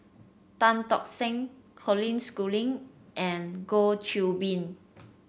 Tan Tock San Colin Schooling and Goh Qiu Bin